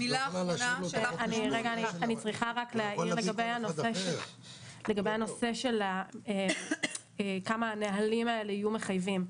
אני צריכה רק להעיר לגבי הנושא של כמה הנהלים האלה יהיו מחייבים.